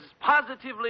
positively